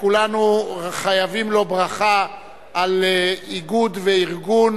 שכולנו חייבים לו ברכה על איגוד וארגון